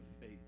faith